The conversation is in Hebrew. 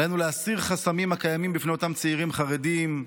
עלינו להסיר חסמים העומדים בפני אותם צעירים חרדים,